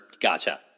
Gotcha